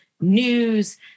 news